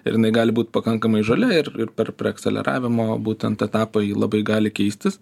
ir jinai gali būt pakankamai žalia ir ir per preaksaleravimo būtent etapai labai gali keistis